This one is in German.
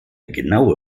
genaue